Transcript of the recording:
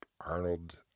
Arnold